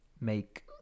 make